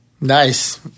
Nice